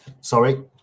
sorry